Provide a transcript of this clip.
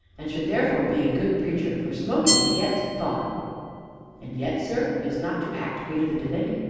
and should, therefore, be a good preacher for smoking begets thought and yet, sir, is not to act greater than to think?